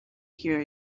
hear